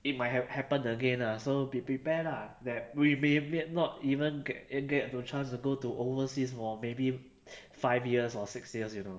it might have happened again lah so be prepared lah that we may y~ not even ge~ get a great chance to go to overseas for maybe five years or six years you know